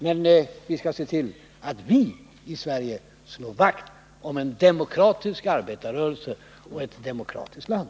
Men vi skall se till att vi i Sverige slår vakt om en demokratisk arbetarrörelse och ett demokratiskt land.